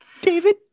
David